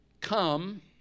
Come